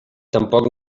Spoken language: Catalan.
tampoc